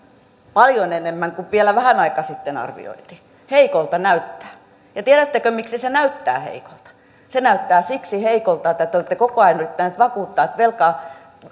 paljon enemmän kuin vielä vähän aikaa sitten arvioitiin heikolta näyttää ja tiedättekö miksi se näyttää heikolta se näyttää siksi heikolta että te olette koko ajan yrittäneet vakuuttaa että velkaa